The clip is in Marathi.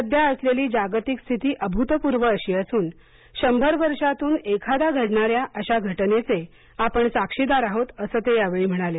सध्या असलेली जागतिक स्थिती अभूतपूर्व अशी असून शंभर वर्षातून एखादा घडणाऱ्या अशा घटनेचे आपण साक्षीदार आहोत असं ते यावेळी म्हणाले